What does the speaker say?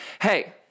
Hey